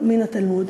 מן התלמוד.